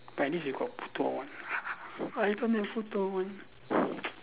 at least you got two hour I don't have two two hour